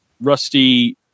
Rusty